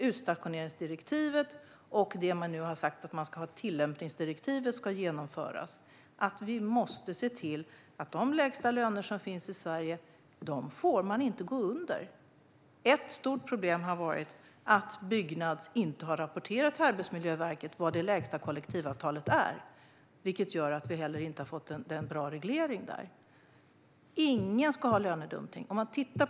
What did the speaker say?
Utstationeringsdirektivet och det tillämpningsdirektiv som man nu har sagt ska genomföras säger att vi måste se till att man inte går under de lägsta lönerna som finns i Sverige. Ett stort problem har varit att Byggnads inte har rapporterat till Arbetsmiljöverket vad det lägsta kollektivavtalet är, vilket gör att vi heller inte har fått en bra reglering där. Ingen ska dumpa lönerna.